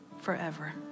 forever